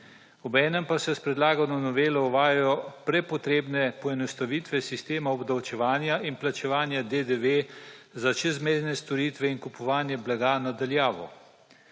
Obenem pa se s predlagano novelo uvajajo prepotrebne poenostavitve sistema obdavčevanja in plačevanja DDV za čezmejne storitve in kupovanje blaga na daljavo.